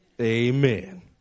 Amen